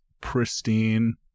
pristine